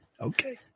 Okay